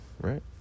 right